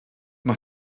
mae